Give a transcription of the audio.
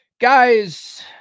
Guys